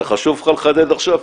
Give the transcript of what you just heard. זה חשוב לך לחדד עכשיו?